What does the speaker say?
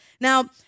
Now